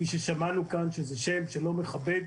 כפי ששמענו כאן שזה שם לא מכבד,